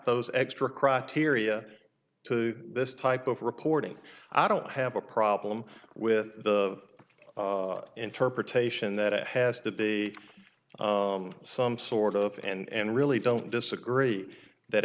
those extra criteria to this type of reporting i don't have a problem with the interpretation that it has to be some sort of and really don't disagree that